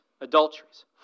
adulteries